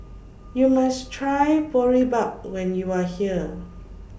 YOU must Try Boribap when YOU Are here